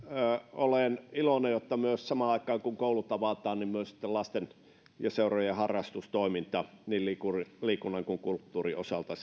olen iloinen että samaan aikaan kun koulut avataan niin myös sitten lasten ja seurojen harrastustoiminta niin liikunnan liikunnan kuin kulttuurin osalta